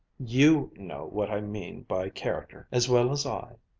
you know what i mean by character as well as i.